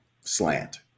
slant